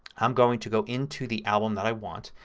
i'm going to go into the album that i want.